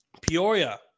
Peoria